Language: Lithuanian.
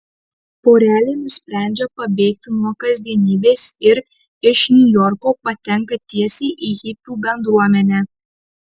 porelė nusprendžia pabėgti nuo kasdienybės ir iš niujorko patenka tiesiai į hipių bendruomenę